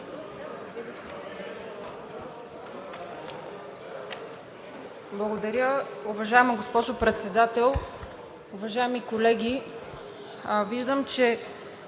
Благодаря.